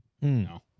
No